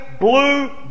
blue